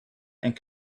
and